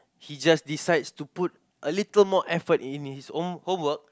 he just decides to put a little more effort in his own homework